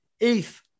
eighth